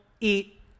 eat